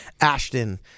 Ashton